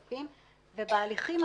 הכסף, הר הביטוח,